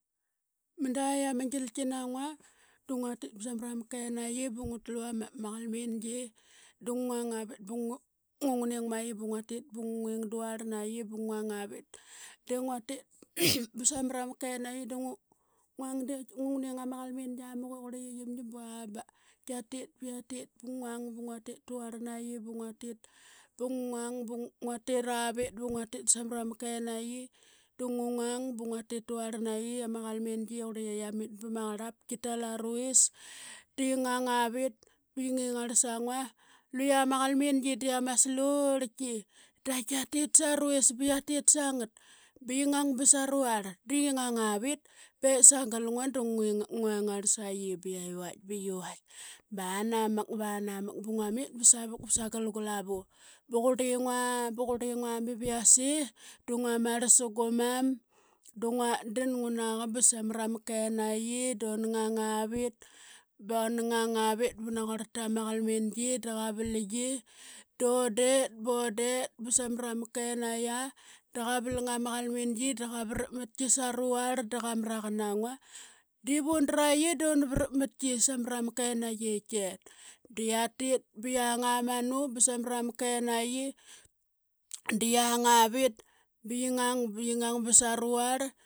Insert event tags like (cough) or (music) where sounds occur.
Manda i ama gilki na ngua da ngua tit ba samara ma kenaqi ba ngu tlu ama ma qalmingi. Da ngu ngang avit ba nau nguning ma qi ba ngua tit ba ngu ngung duarl naqi ba ngu ngang avit. De ngua tit (noise) ba samara ma kenaqi du ngu, nguang de tika ngunging ama qalmingia muk i qurli ya qiamngim. (unintelligible) Ngu ngang ba ngua tit tuarl naqi ba ngua tit, ba ngu ngang ba ngua tiravit ba ngua tit ba samarama kenaqi. Da ngu ngang ba ngua tit tuarl naqi ama qalmingi i qurli ye qia. Di qi ngang avit ba qi nging ngarl sa ngua, luqia ma qalmingi di ama slurlik da kia tit sa ruvis ba qia tit sa ngat ba qi ngang ba saruarl. Da qi ngang avit be sagal ngua da (unintelligible) nguengarl sa qi ba qe qivaitk ba qivaitk ba anamak, ba anamak, ba ngua mit ba savuk ba sagal gu lavu. Ba qurli ngua, ba qurli ngua biv yase, du ngua marl sa gu mam da ngutdan ngunaqa ba samra ma kenaqi duna ngang avit ba una ngang avit ba naquarl tama qalmingi da qavalaingi, dun det ba un det ba samara ma kenaqia da qa valang ama qalmingi da qa varap matki saruarl da qa mra qan aa ngua, divun dra qi duna varapmatki samra ma kenaqi i ket. Da qia tit ba qiang ama nu ba samara ma kenaqi da qiang ba qi ngang, ba qi ngang ba saruarl.